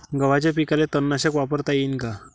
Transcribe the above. गव्हाच्या पिकाले तननाशक वापरता येईन का?